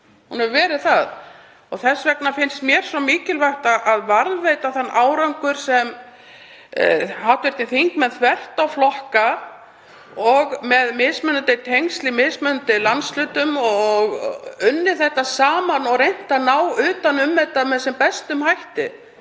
verið þverpólitísk. Þess vegna finnst mér svo mikilvægt að varðveita þann árangur sem hv. þingmenn, þvert á flokka og með mismunandi tengsl í mismunandi landshlutum, hafa unnið saman og reynt að ná utan um þetta með sem bestum hætti.